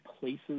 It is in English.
places